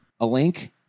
Alink